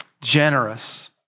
Generous